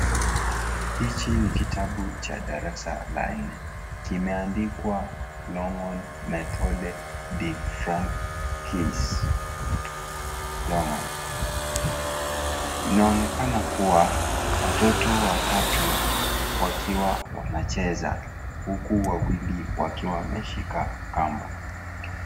Hichi ni kitabu cha darasa la nne. Kimeandikwa Longhorn Methode de Francais longhorn . Inaonekana kuwa watoto watatu wakiwa wanacheza, huku wawili wakiwa wameshika kamba.